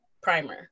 primer